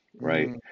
Right